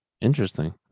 interesting